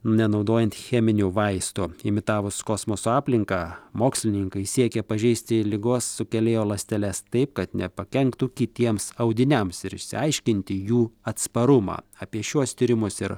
nenaudojant cheminių vaistų imitavus kosmoso aplinką mokslininkai siekia pažeisti ligos sukėlėjo ląsteles taip kad nepakenktų kitiems audiniams ir išsiaiškinti jų atsparumą apie šiuos tyrimus ir